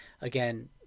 again